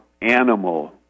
animal